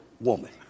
woman